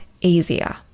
easier